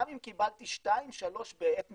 גם אם קיבלתי שניים, שלושה בעת מסוימת.